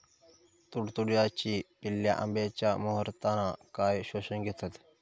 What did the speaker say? तुडतुड्याची पिल्ला आंब्याच्या मोहरातना काय शोशून घेतत?